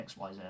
xyz